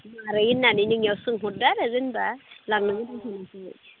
मारै होननानै नोंनियाव सोंहरदों आरो जेन'बा